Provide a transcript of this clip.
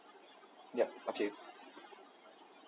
yup okay